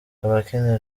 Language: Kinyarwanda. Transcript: abakenera